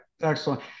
excellent